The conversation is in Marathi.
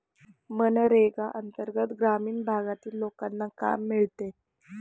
मनरेगा अंतर्गत ग्रामीण भागातील लोकांना काम मिळते